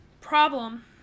problem